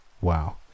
wow